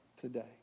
today